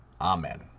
Amen